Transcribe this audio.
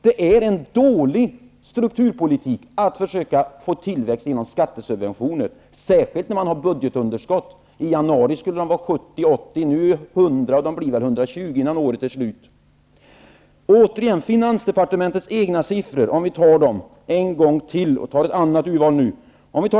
Det är en dålig strukturpolitik att försöka få tillväxt genom skattesubventioner, särskilt när man har ett budgetunderskott. I januari skulle budgetunderskottet vara 70--80 miljarder kronor. Nu är det 100 miljarder kronor, och det blir väl 120 miljarder kronor innan året är slut. Låt oss ta finansdepartementets egna siffror en gång till och ta ett annat urval nu.